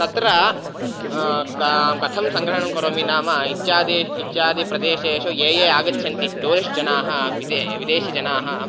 तत्र कथं सङ्ग्रहणं करोमि नाम इत्यादयः इत्यादिषु प्रदेशेषु ये ये आगच्छन्ति टूरिस्ट् जनाः विदेशात् विदेशिजनाः